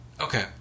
Okay